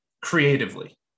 creatively